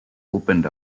opened